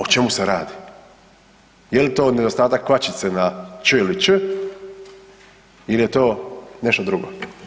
O čemu se radi? je li to nedostatak kvačice na č ili ć ili je to nešto drugo.